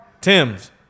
Tim's